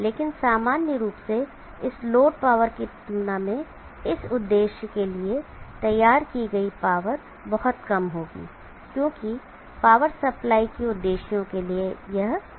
लेकिन सामान्य रूप से इस लोड पावर की तुलना में इस उद्देश्य के लिए तैयार की गई पावर बहुत कम होगी क्योंकि पावर सप्लाई के उद्देश्यों के लिए यह पावर कम होगी